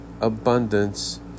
abundance